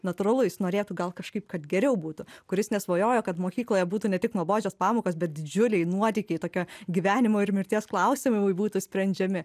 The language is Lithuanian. natūralu jis norėtų gal kažkaip kad geriau būtų kuris nesvajojo kad mokykloje būtų ne tik nuobodžios pamokos bet didžiuliai nuotykiai tokie gyvenimo ir mirties klausimai būtų sprendžiami